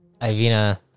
Ivina